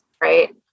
right